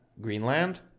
Greenland